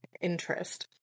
interest